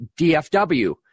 DFW